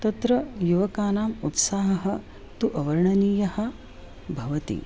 तत्र युवकानाम् उत्साहः तु अवर्णनीयः भवति